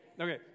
Okay